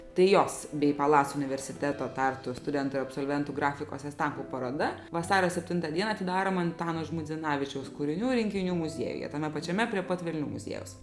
tai jos bei palas universiteto tartu studentų ir absolventų grafikos estampo paroda vasario septintą dieną atidaroma antano žmuidzinavičiaus kūrinių rinkinių muziejuje tame pačiame prie pat velnių muziejaus